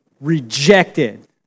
rejected